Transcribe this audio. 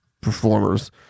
performers